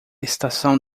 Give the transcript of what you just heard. estação